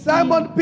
Simon